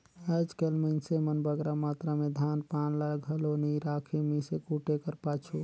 आएज काएल मइनसे मन बगरा मातरा में धान पान ल घलो नी राखें मीसे कूटे कर पाछू